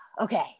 Okay